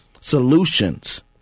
solutions